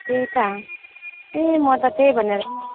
त्यही त ए म त त्यही भनेर नै